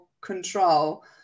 control